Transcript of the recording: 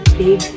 big